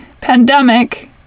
pandemic